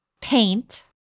paint